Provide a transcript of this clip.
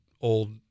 old